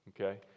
Okay